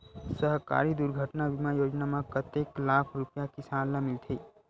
सहकारी दुर्घटना बीमा योजना म कतेक लाख रुपिया किसान ल मिलथे?